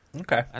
okay